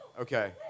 Okay